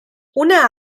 una